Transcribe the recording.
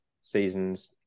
seasons